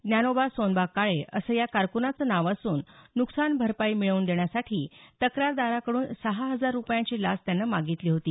ज्ञानोबा सोनबा काळे असं या कारकनाचं नाव असून नुकसान भरपाई मिळवून देण्यासाठी तक्रारदाराकडून सहा हजार रुपयांची लाच त्यानं मागितली होती